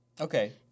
Okay